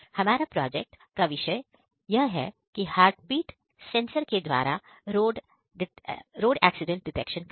हमारा प्रोजेक्ट का विषय यह है की हार्ट बीट सेंसर के द्वारा रोड एक्सीडेंट डिटेक्शन करना